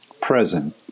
present